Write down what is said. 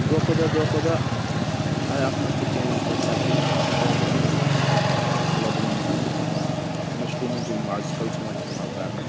دۄہ کھۄتہٕ دۄہ دۄہ کھۄتہٕ دۄہ آیہِ اَتھ منٛز تہِ چینٛجِز پَتہٕ چھَکرِ منٛز اَتھ منٛز آے نٔے نٔے مطلب یِم اِنَسٹرٛوٗمٮ۪نٛٹ یِم اَزکَل چھِ یِوان اِستعمال کَرنہٕ